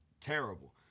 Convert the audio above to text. terrible